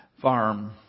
Farm